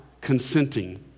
consenting